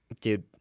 Dude